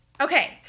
Okay